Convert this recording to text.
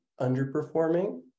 underperforming